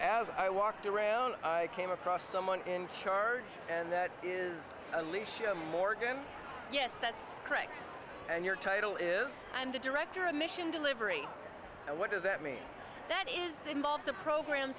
as i walked around i came across someone in charge and that is alicia morgan yes that's correct and your title is and the director of mission delivery what does that mean that is involved the program